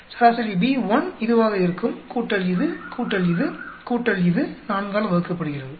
சராசரி B1 இதுவாக இருக்கும் கூட்டல் இது கூட்டல் இது கூட்டல் இது 4 ஆல் வகுக்கப்படுகிறது